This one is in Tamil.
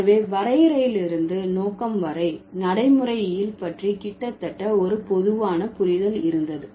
எனவே வரையறையிலிருந்து நோக்கம் வரை நடைமுறையில் பற்றி கிட்டத்தட்ட ஒரு பொதுவான புரிதல் இருந்தது